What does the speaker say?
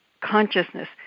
consciousness